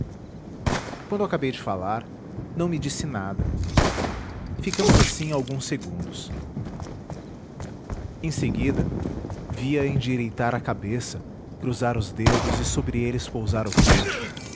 umedecê los quando acabei de falar não me disse nada ficamos assim alguns segundos em seguida vi-a endireitar a cabeça cruzar os dedos e sobre eles pousar o queixo